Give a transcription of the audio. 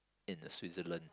in the Switzerland